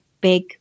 big